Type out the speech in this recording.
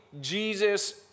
Jesus